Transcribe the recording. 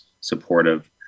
supportive